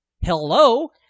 Hello